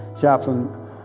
Chaplain